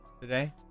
Today